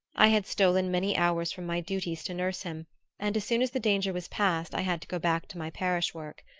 i had stolen many hours from my duties to nurse him and as soon as the danger was past i had to go back to my parish work.